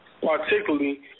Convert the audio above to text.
particularly